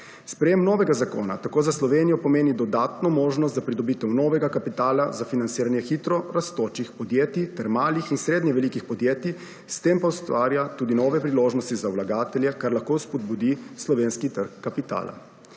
Sprejem novega zakona tako za Slovenijo pomeni dodatno možnost za pridobitev novega kapitala za finansiranje hitro rastočih podjetij ter malih in srednje velikih podjetij, s tem pa ustvarja tudi nove priložnosti za vlagatelje, kar lahko vzpodbudi slovenski trg kapitala.